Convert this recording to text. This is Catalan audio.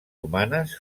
humanes